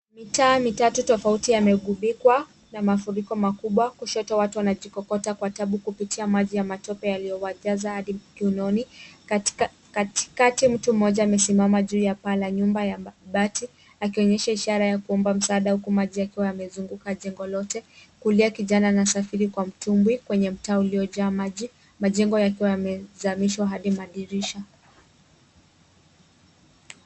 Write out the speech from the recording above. Mitaa mitatu tofauti yamegubikwa, na mafuriko makubwa, kushoto watu wanajikokota kwa taabu kupitia maji ya matope yaliyowajaza hadi kiunoni. Kati kati mtu mmoja amesimama juu ya paa la nyumba ya mabati, akionyesha ishara ya kuomba msaada huku maji yakiwa yamezunguka jengo lote. Kulia kijana anasafiri kwa mtumbwi, kwenye mtaa uliojaa maji. Majengo yakiwa yamezamishwa hadi madirisha.